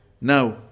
Now